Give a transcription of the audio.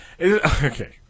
Okay